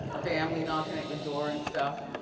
family knocking at your door and stuff.